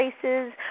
places